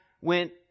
went